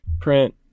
print